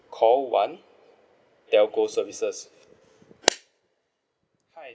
call one telco services hi